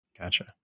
Gotcha